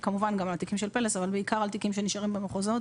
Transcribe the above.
כמובן גם על התיקים של "פלס" אבל בעיקר על תיקים שנשארים במחוזות.